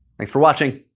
thanks for watching.